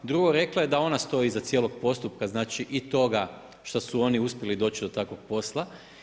Drugo, rekla je da ona stoji iza cijelog postupka, znači i toga što su oni uspjeli doći do takvog posla.